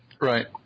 Right